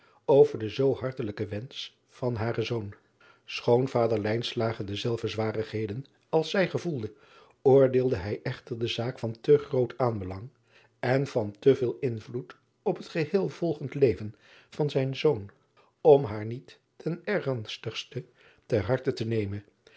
over den zoo hartelijken wensch van haren zoon choon vader dezelfde zwarigheden als zij gevoelde oordeelde hij echter de zaak van te groot aanbelang en van te veel invloed op het geheel volgend leven van zijn zoon om haar niet ten ernstigste ter harte te nemen